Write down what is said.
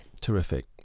Terrific